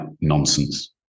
nonsense